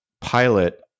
pilot